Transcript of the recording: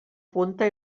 punta